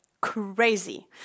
crazy